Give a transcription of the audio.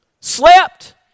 Slept